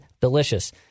delicious